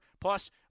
Plus